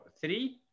Three